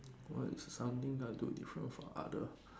what is something I do different from other